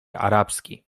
arabski